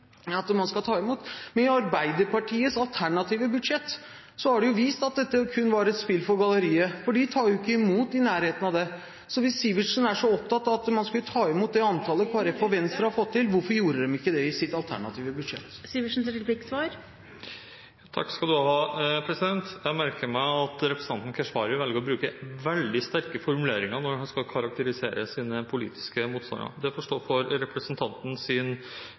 antallet man skal ta imot, opp til det den rød-grønne regjeringen foreslo, nemlig litt over 2 000. Men Arbeiderpartiets alternative budsjett har vist at dette kun var et spill for galleriet, for de vil ikke ta imot i nærheten av det. Så hvis Sivertsen er så opptatt av at man skal ta imot det antallet Kristelig Folkeparti og Venstre har fått til, hvorfor viser man ikke det i sitt alternative budsjett? Jeg merker meg at representanten Keshvari velger å bruke veldig sterke formuleringer når han skal karakterisere sine politiske motstandere. Det får stå for